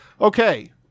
Okay